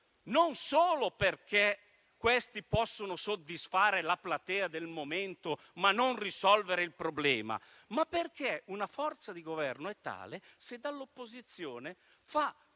non solo perché questi possono soddisfare la platea del momento senza però risolvere il problema, ma anche perché una forza di Governo è tale se dall'opposizione fa